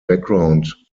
background